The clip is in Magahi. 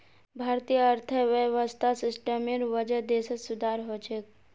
भारतीय अर्थव्यवस्था सिस्टमेर वजह देशत सुधार ह छेक